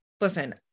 listen